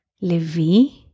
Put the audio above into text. Levi